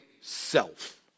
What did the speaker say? self